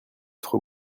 trop